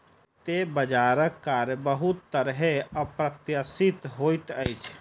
वित्तीय बजारक कार्य बहुत तरहेँ अप्रत्याशित होइत अछि